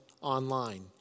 online